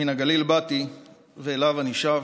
מן הגליל באתי ואליו אני שב.